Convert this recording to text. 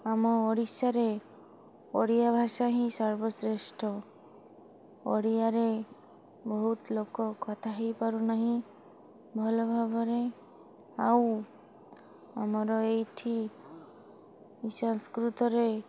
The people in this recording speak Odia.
ଆମ ଓଡ଼ିଶାରେ ଓଡ଼ିଆ ଭାଷା ହିଁ ସର୍ବଶ୍ରେଷ୍ଠ ଓଡ଼ିଆରେ ବହୁତ ଲୋକ କଥା ହେଇପାରୁ ନାହିଁ ଭଲ ଭାବରେ ଆଉ ଆମର ଏଇଠି ସଂସ୍କୃତରେ